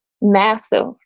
massive